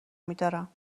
میدارم